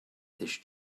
this